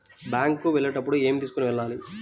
Bank కు వెళ్ళేటప్పుడు ఏమి తీసుకొని వెళ్ళాలి?